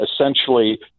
essentially